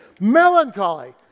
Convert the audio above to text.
Melancholy